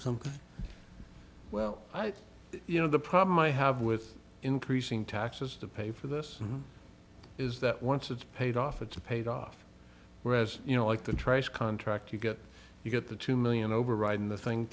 something well i you know the problem i have with increasing taxes to pay for this is that once it's paid off it's paid off whereas you know like the trace contract you get you get the two million override and the thing